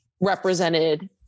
represented